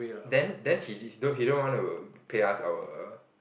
then then he he don't even want to pay us our